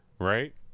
Right